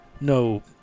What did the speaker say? no